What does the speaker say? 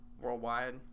worldwide